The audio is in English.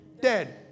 dead